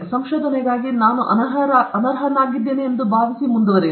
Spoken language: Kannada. ಸಂಶೋಧನೆಗಾಗಿ ನಾನು ಅನರ್ಹರಾಗಿದ್ದೇನೆ ಎಂದು ನಾನು ಭಾವಿಸುತ್ತೇನೆ